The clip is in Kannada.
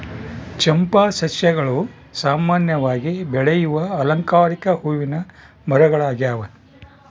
ಚಂಪಾ ಸಸ್ಯಗಳು ಸಾಮಾನ್ಯವಾಗಿ ಬೆಳೆಯುವ ಅಲಂಕಾರಿಕ ಹೂವಿನ ಮರಗಳಾಗ್ಯವ